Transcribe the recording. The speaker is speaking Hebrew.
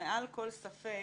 מעל כל ספק